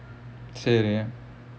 சரி:sari